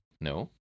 No